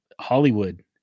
Hollywood